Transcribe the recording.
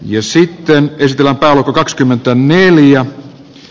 jos sitten esitellä kakskymmentäneljään